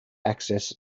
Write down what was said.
access